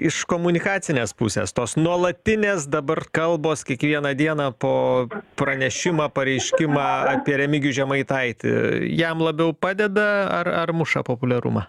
iš komunikacinės pusės tos nuolatinės dabar kalbos kiekvieną dieną po pranešimą pareiškimą apie remigijų žemaitaitį jam labiau padeda ar ar muša populiarumą